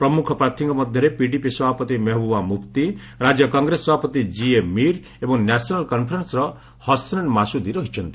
ପ୍ରମୁଖ ପ୍ରାର୍ଥୀଙ୍କ ମଧ୍ୟରେ ପିଡିପି ସଭାପତି ମେହବୁବା ମୁଫ୍ତି ରାଜ୍ୟ କଂଗ୍ରେସ ସଭାପତି ଜିଏ ମୀର୍ ଏବଂ ନ୍ୟାସନାଲ୍ କନ୍ଫରେନ୍ସ୍ର ହସନେନ୍ ମାସ୍ଦି ରହିଛନ୍ତି